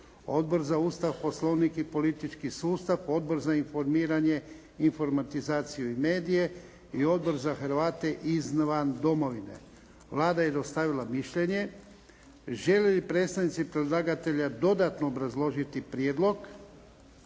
Odbor za Ustav, Poslovnik i politički sustav, Odbor za informiranje, informatizaciju i medije i Odbor za Hrvate izvan Domovine. Vlada je dostavila mišljenje. Žele li predstavnici predlagatelja dodatno obrazložiti prijedlog?